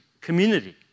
community